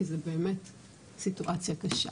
כי זה באמת סיטואציה קשה.